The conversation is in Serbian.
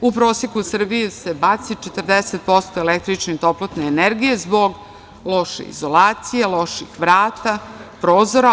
U proseku u Srbiji se baci 40% električne toplotne energije zbog loše izolacije, loših vrata, prozora.